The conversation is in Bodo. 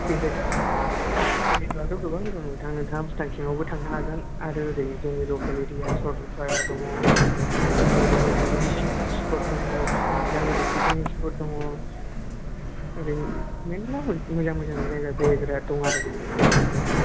भिजित गोबां दं नोंथाङा भुटान सिङावबो थांनो हागोन आरो ओरै जोंनि लकेल एरिया सरलफारा दङ जोंनि ओरै मोनाबिलि स्पट दङ निज्लागुरि पिकनिक स्प'ट दङ ओरै मेरला मोजां मोजां जायगा बेरायग्रा दं आरो औ